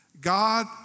God